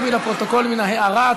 מה זה הדבר הזה?